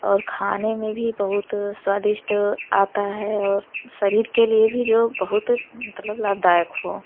और खाने में भी बहुत स्वादिष्ट आता है और शरीर के लिए भी जो बहुत मतलब लाभदायक हो